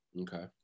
Okay